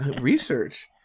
Research